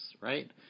right